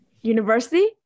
University